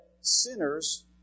sinners